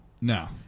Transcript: No